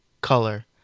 color